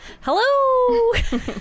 Hello